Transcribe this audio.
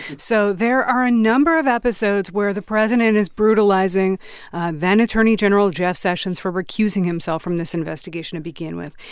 so there are a number of episodes where the president is brutalizing then-attorney general jeff sessions for recusing himself from this investigation to begin with.